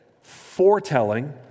foretelling